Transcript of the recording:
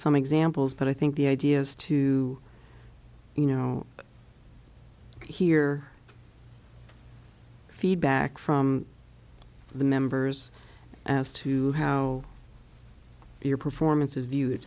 some examples but i think the idea is to you know hear feedback from the members as to how your performance is viewed